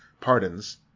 pardons